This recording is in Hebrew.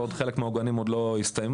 ועוד חלק מהעוגנים עוד לא הסתיימו.